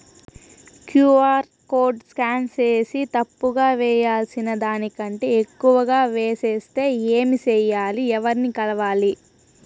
QR code scan సేసి తప్పు గా వేయాల్సిన దానికంటే ఎక్కువగా వేసెస్తే ఏమి సెయ్యాలి? ఎవర్ని కలవాలి?